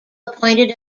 appointed